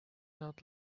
not